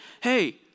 hey